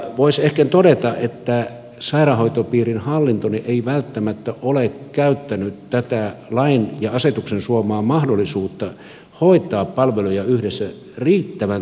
voisi ehkä todeta että sairaanhoitopiirin hallinto ei välttämättä ole käyttänyt tätä lain ja asetuksen suomaa mahdollisuutta hoitaa palveluja yhdessä riittävän tehokkaasti